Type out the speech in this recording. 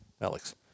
Alex